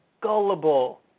gullible